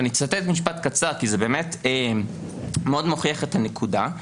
ואני אצטט משפט קצר כי זה באמת מאוד מוכיח את הנקודה,